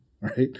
right